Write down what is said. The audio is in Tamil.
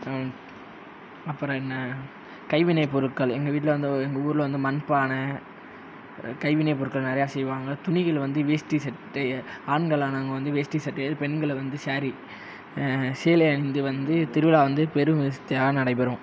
அப்புறம் என்ன கைவினைப் பொருட்கள் எங்கள் வீட்டில் வந்து எங்கள் ஊரில் வந்து மண் பானை கைவினை பொருட்கள் நிறையா செய்வாங்க துணிகளை வந்து வேஷ்டி சட்டையை ஆண்களானவங்க வந்து வேஷ்டி சட்டையை அதே பெண்களை வந்து ஸாரீ சீலை அணிந்து வந்து திருவிழா வந்து பெரும் விமர்சித்தையாக நடைபெறும்